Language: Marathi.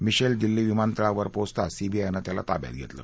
मिशेल दिल्ली विमानतळावर पोचताच सीबीआयनं त्याला ताब्यात घेतलं